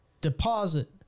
deposit